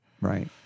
Right